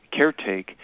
caretake